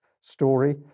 story